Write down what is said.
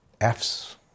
F's